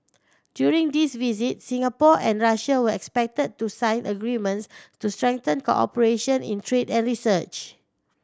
during this visit Singapore and Russia were expected to sign agreements to strengthen cooperation in trade and research